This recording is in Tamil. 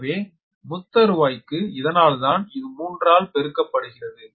எனவே இது முத்தருவாய் க்கு இதனால்தான் இது 3 ஆல் பெருக்கப்படுகிறது